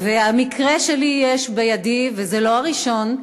והמקרה שיש בידי, והוא לא הראשון,